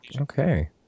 Okay